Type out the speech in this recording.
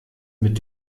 mit